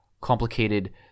Complicated